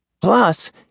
Plus